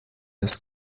das